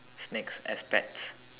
snakes as pets